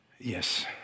Yes